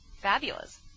Fabulous